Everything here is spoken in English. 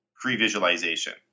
pre-visualization